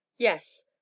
yes